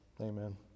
Amen